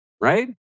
right